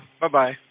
bye-bye